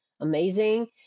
amazing